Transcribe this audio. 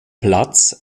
platz